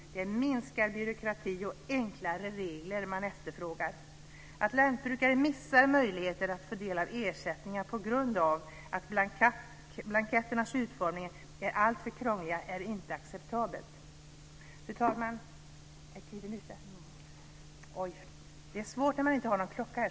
Det är minskad byråkrati och enklare regler som man efterfrågar. Att lantbrukare missar möjligheter att få del av ersättningar på grund av att blanketterna är alltför krångligt utformade är inte acceptabelt. Fru talman!